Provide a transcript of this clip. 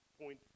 point